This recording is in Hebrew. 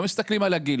לא מסתכלים על הגיל,